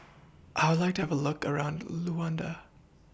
I Would like to Have A Look around Luanda